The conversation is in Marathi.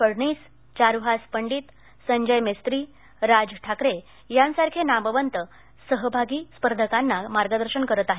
फडणीस चारुहास पंडित संजय मेस्त्री राज ठाकरे यासारखे नामवंत कार्यशाळेत सहभागी स्पर्धकांना मार्गदर्शन करत आहेत